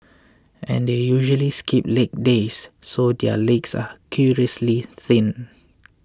and they usually skip leg days so their legs are curiously thin